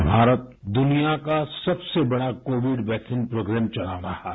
आज भारत दुनिया का सबसे बड़ा कोविड वैक्सीन प्रोग्राम चला रहा है